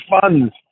funds